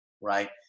right